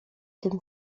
tym